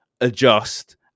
adjust